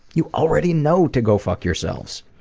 you already know to go fuck yourselves!